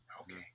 Okay